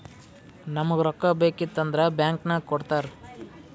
ನಮುಗ್ ರೊಕ್ಕಾ ಬೇಕಿತ್ತು ಅಂದುರ್ ಬ್ಯಾಂಕ್ ನಾಗ್ ಕೊಡ್ತಾರ್